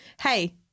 Hey